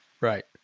right